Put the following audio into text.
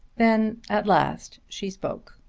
then at last she spoke